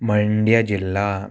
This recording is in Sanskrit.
मण्ड्यजिल्ला